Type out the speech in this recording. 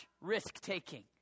risk-taking